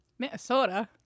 Minnesota